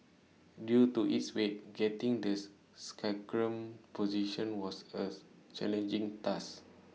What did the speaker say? due to its weight getting this sacrum positioned was challenging task